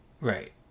right